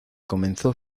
comenzó